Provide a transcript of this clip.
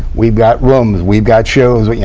we've got rooms, we've got shows. but yeah